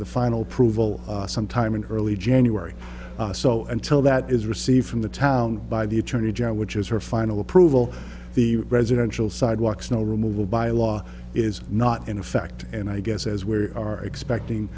the final approval sometime in early january so until that is received from the town by the attorney general which is her final approval the residential sidewalk snow removal by law is not in effect and i guess as we are